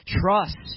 Trust